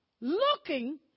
looking